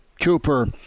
Cooper